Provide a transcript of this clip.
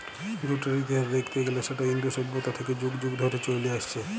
জুটের ইতিহাস দ্যাইখতে গ্যালে সেট ইন্দু সইভ্যতা থ্যাইকে যুগ যুগ ধইরে চইলে আইসছে